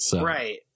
Right